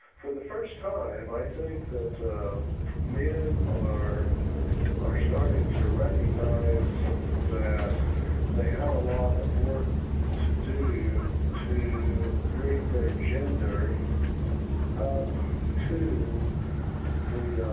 for the first time i think that men are are starting to recognize that they have a lot of work to do to bring their gender to the